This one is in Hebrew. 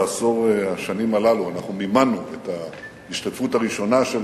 בעשור השנים הללו אנחנו מימנו את ההשתתפות הראשונה של